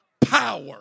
power